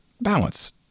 Balance